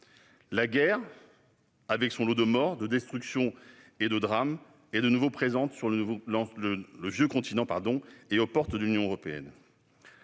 La guerre, avec son lot de morts, de destructions et de drames, est de nouveau présente sur le vieux continent et aux portes de l'Union européenne.